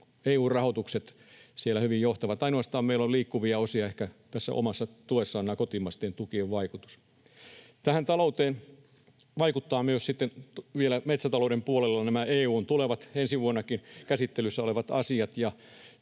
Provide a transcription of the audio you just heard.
EU-rahoitukset siellä hyvin johtavat. Meillä on liikkuvia osia tässä omassa tuessa ehkä ainoastaan näiden kotimaisten tukien vaikutus. Talouteen vaikuttavat myös metsätalouden puolella vielä nämä EU:n tulevat, ensi vuonnakin käsittelyssä olevat asiat,